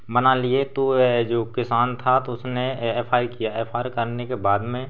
बना लिए तो जो किसान था तो उसने एफ आई आर किया एफ आई आर करने के बाद में